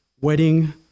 wedding